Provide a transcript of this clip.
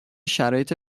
شرایط